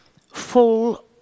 full